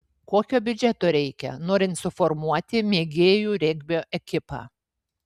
kokio biudžeto reikia norint suformuoti mėgėjų regbio ekipą